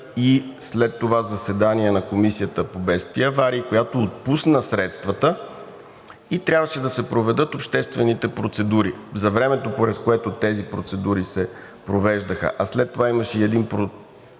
и след това заседание на Комисията по бедствия и аварии, която отпусна средствата, и трябваше да се проведат обществените процедури. За времето, през което тези процедури се провеждаха, а след това имаше и един процес